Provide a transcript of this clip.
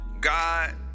God